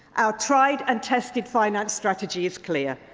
our tried and tested finance strategy is clear,